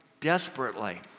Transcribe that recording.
desperately